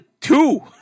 two